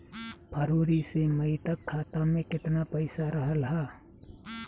फरवरी से मई तक खाता में केतना पईसा रहल ह?